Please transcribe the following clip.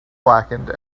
blackened